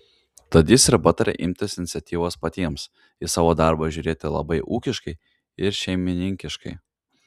tad jis ir patarė imtis iniciatyvos patiems į savo darbą žiūrėti labai ūkiškai ir šeimininkiškai